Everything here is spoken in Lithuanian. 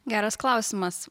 geras klausimas